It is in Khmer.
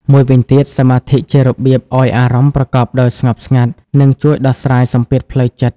មួយវិញទៀតសមាធិជារបៀបឲ្យអារម្មណ៍ប្រកបដោយស្ងប់ស្ងាត់នឹងជួយដោះស្រាយសម្ពាធផ្លូវចិត្ត។